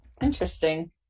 interesting